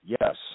Yes